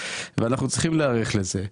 ואנחנו צריכים להיערך לזה.